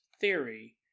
theory